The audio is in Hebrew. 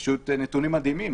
אלה פשוט נתונים מדהימים.